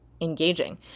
engaging